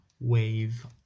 wave